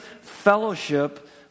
fellowship